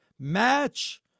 Match